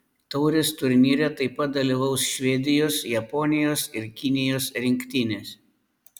taurės turnyre taip pat dalyvaus švedijos japonijos ir kinijos rinktinės